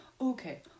okay